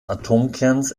atomkerns